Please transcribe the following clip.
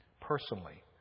personally